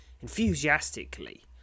enthusiastically